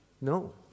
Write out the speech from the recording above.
no